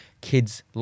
kids